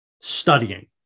studying